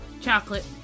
Chocolate